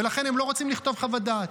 ולכן הם לא רוצים לכתוב חוות דעת.